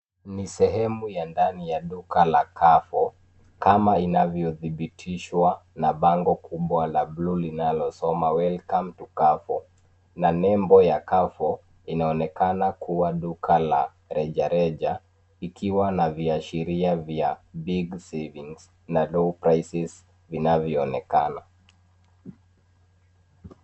Ni sehemu ya ndani ya duka la carrefour , kama inavyothibitishwa na bango kubwa la buluu linalosoma Welcome to carrefour , na nembo ya carrefour inaonekana kuwa la rejareja, likiwa na viashiria vya big savings na low prices inavyoonekana.